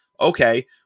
Okay